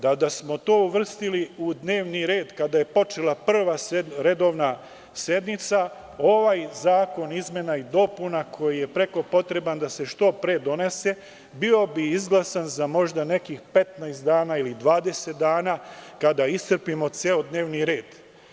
Da smo to uvrstili u dnevni red kada je počela prva redovna sednica, ovaj zakon, koji je preko potreban da se što pre donese, bio bi izglasan za možda nekih 15 ili 20 dana, kada iscrpimo ceo dnevni red.